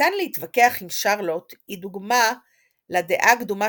ניתן להתווכח אם שרלוט היא דוגמה לדעה הקדומה